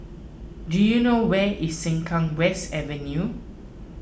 do you know where is Sengkang West Avenue